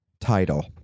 title